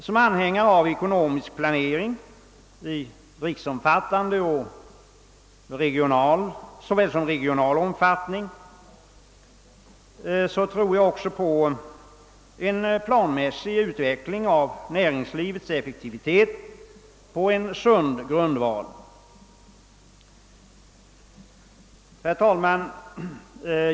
Som anhängare av ekonomisk planering — såväl riksomfattande som regional — tror jag också på en planmässig utveckling av näringslivets effektivitet på en sund grundval. Herr talman!